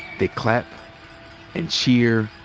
they clap and cheer,